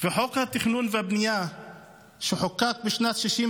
וחוק התכנון והבנייה שחוקק בשנת 1965